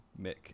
Mick